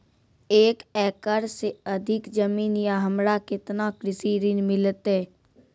एक एकरऽ से अधिक जमीन या हमरा केतना कृषि ऋण मिलते?